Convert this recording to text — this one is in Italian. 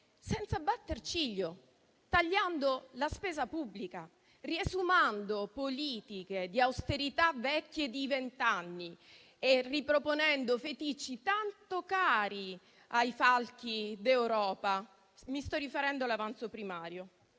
senza batter ciglio, tagliando la spesa pubblica, riesumando politiche di austerità vecchie di vent'anni e riproponendo feticci tanto cari ai falchi d'Europa. Mi sto riferendo all'avanzo primario.